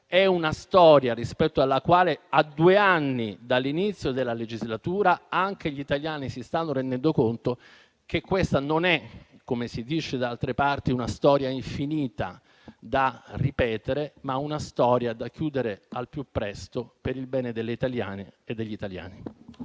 È una storia rispetto alla quale, a due anni dall'inizio della legislatura, anche gli italiani si stanno rendendo conto che non è, come si dice da altre parti, una storia infinita da ripetere, ma una storia da chiudere al più presto, per il bene delle italiane e degli italiani.